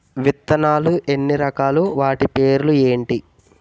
విత్తనాలు ఎన్ని రకాలు, వాటి పేర్లు ఏంటి?